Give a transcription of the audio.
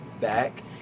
back